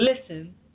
listen